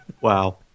Wow